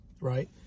right